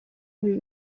ibi